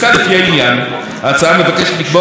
ההצעה מבקשת לקבוע כללים ביחס לפעולת התשלום,